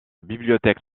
bibliothèque